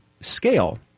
scale